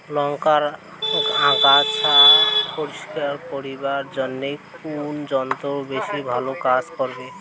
লংকার আগাছা পরিস্কার করিবার জইন্যে কুন যন্ত্র বেশি ভালো কাজ করিবে?